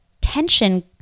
tension